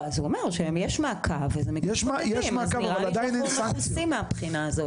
אז הוא אומר שיש מעקב ואנחנו מכוסים מהבחינה הזאת.